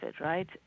right